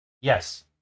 Yes